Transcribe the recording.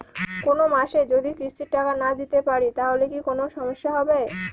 কোনমাসে যদি কিস্তির টাকা না দিতে পারি তাহলে কি কোন সমস্যা হবে?